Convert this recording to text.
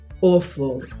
awful